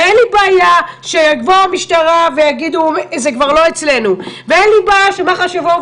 אין לי בעיה שהמשטרה תגיד: זה כבר לא אצלנו; אין לי בעיה שמח"ש יגידו: